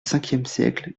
siècle